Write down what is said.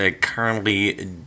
currently